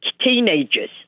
teenagers